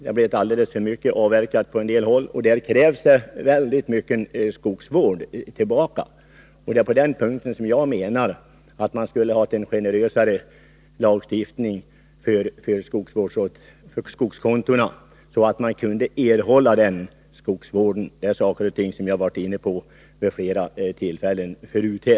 Det har på en del håll avverkats alldeles för mycket, och där krävs omfattande skogsvårdsåtgärder. Det är på den punkten som jag menar att man skulle ha infört en generösare lagstiftning avseende skogskontona — så att skogsvården verkligen blev av. Det är saker och ting som vi har varit inne på vid flera tillfällen tidigare.